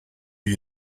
you